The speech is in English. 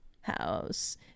house